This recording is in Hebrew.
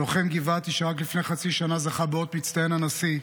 לוחם גבעתי שרק לפני חצי שנה זכה באות מצטיין הנשיא,